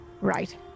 Right